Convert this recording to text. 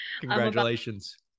Congratulations